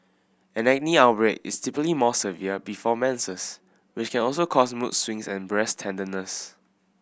an acne outbreak is typically more severe before menses which can also cause mood swings and breast tenderness